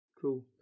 cool